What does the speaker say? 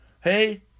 hey